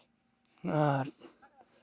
ᱟᱨ